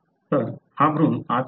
तर हा भ्रूण आत येतो